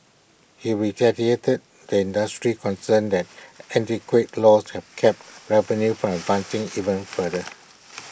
he the industry's concerns that antiquated laws have capped revenue from advancing even further